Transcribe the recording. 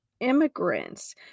immigrants